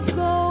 go